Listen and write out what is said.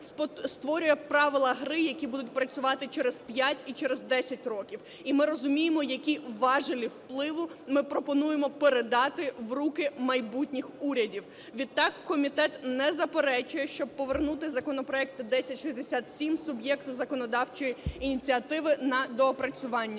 створює правила гри, які будуть працювати через 5 і через 10 років. І ми розуміємо, які важелі впливу ми пропонуємо передати в руки майбутніх урядів. Відтак комітет не заперечує, щоб повернути законопроект 1067 суб'єкту законодавчої ініціативи на доопрацювання.